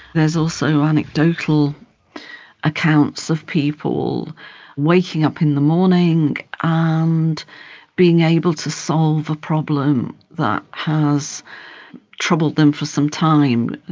there is also anecdotal accounts of people waking up in the morning ah and being able to solve a problem that has troubled them for some time.